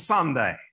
Sunday